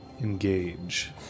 engage